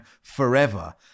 forever